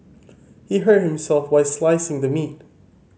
he hurt himself while slicing the meat